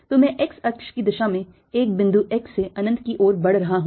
तो मैं x अक्ष की दिशा में एक बिंदु x से अनंत की ओर बढ़ रहा हूं